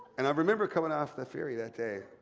and i remember coming off the ferry that day,